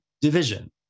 division